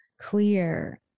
clear